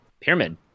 pyramid